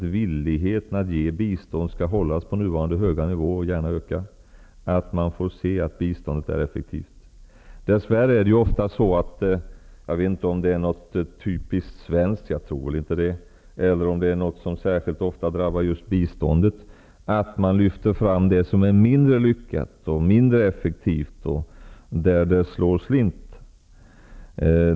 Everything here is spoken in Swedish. För att villigheten att ge bistånd skall hållas på nuvarande höga nivå och gärna öka är det angeläget att man får se att biståndet är effektivt. Dess värre är det ju ofta så att man lyfter fram det som är mindre lyckat, mindre effektivt och de fall då biståndet slår slint. Jag vet inte om detta är något typiskt svenskt -- jag tror väl inte det -- eller om det är något som särskilt ofta drabbar just biståndet.